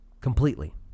completely